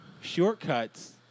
shortcuts